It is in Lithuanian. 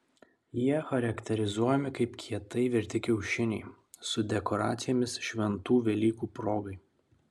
jie charakterizuojami kaip kietai virti kiaušiniai su dekoracijomis šventų velykų progai